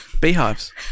Beehives